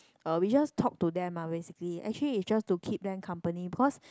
uh we just talk to them ah basically actually it's just to keep them company because